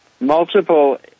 Multiple